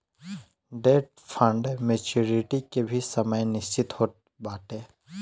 debt fund maturity के भी समय निश्चित होत बाटे